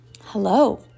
hello